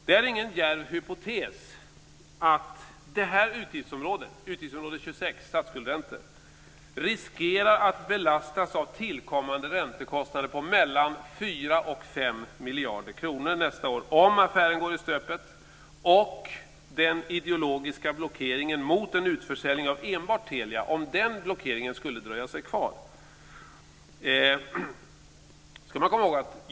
Det är ingen djärv hypotes att utgiftsområde 26 Statsskuldsräntor riskerar att belastas med tillkommande räntekostnader på 4-5 miljarder nästa år om affären går i stöpet och den ideologiska blockeringen mot en utförsäljning av enbart Telia dröjer sig kvar.